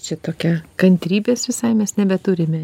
čia tokia kantrybės visai mes nebeturime